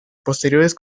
posteriores